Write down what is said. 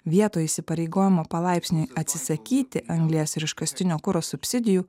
vietoj įsipareigojimo palaipsniui atsisakyti anglies ir iškastinio kuro subsidijų